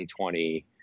2020